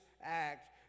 act